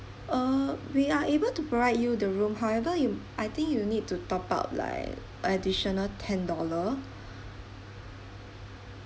uh we are able to provide you the room however you I think you need to top up like additional ten dollar